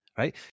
Right